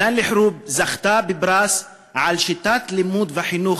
חנאן אל-חרוב זכתה בפרס על שיטת לימוד וחינוך